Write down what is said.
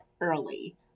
early